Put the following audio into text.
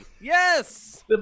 Yes